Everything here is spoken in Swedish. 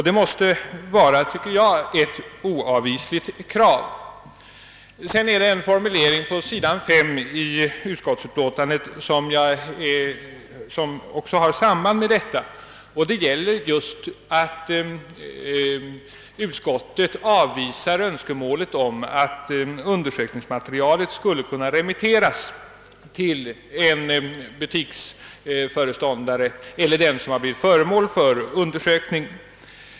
Det måste vara, tycker jag, ett oavvisligt krav. En formulering på sidan 5 i utskottsutlåtandet har samband med detta. Utskottet avvisar där önskemålet om att undersökningsmaterialet skulle kunna remitteras till en butiksföreståndare eller den som har blivit föremål för undersökning.